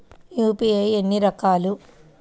UPI ఎన్ని రకాలు?